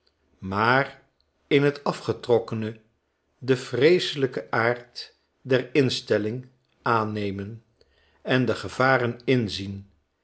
maar in t afgetrokkene den vreeselijken aard der instelling aannemen en de gevaren inzien